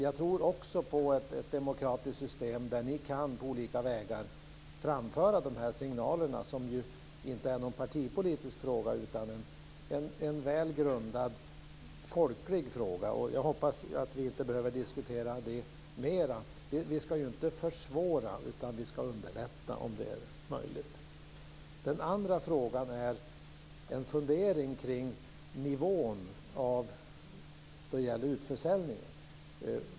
Jag tror också på ett demokratiskt system, där ni på olika vägar kan föra fram signalerna. Det är inte någon partipolitisk fråga, utan en väl grundad folklig fråga. Jag hoppas att vi inte behöver diskutera det mer. Vi ska inte försvåra, utan vi ska underlätta, om det är möjligt. Den andra frågan gäller en fundering kring nivån för utförsäljningen.